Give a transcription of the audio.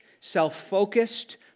self-focused